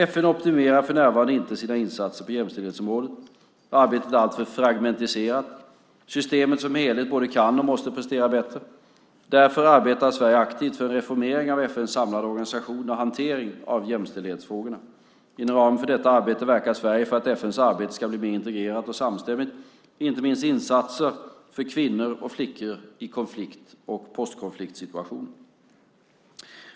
FN optimerar för närvarande inte sina insatser på jämställdhetsområdet. Arbetet är alltför fragmentiserat. Systemet som helhet både kan och måste prestera bättre. Därför arbetar Sverige aktivt för en reformering av FN:s samlade organisation och hantering av jämställdhetsfrågorna. Inom ramen för detta arbete verkar Sverige för att FN:s arbete ska bli mer integrerat och samstämmigt, inte minst insatser för kvinnor och flickor i konflikt och postkonfliktsituationer.